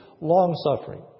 long-suffering